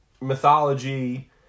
mythology